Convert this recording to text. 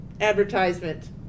advertisement